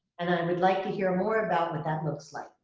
and i would like to hear more about what that looks like,